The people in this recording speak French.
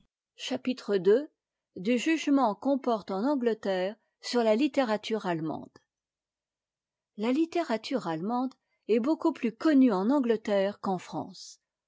e erre m la littérature a emnh e la littérature allemande est beaucoup plus connue en angleterre qu'en france